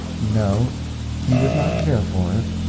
no he would not care for it.